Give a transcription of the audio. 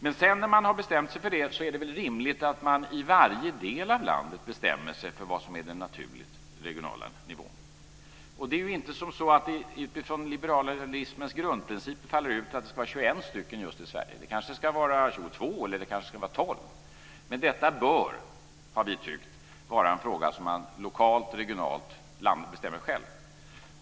Men sedan när man bestämt sig för det är det väl rimligt att i varje del av landet bestämma sig för vad som är den naturligt regionala nivån. Det är inte så att det utifrån liberalismens grundprinciper faller ut att det ska vara 21 regioner i Sverige. Kanske ska det vara 22 eller kanske 12. Detta bör, har vi tyckt, vara en fråga som man lokalt och regionalt själv bestämmer.